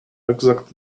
exact